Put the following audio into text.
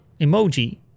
emoji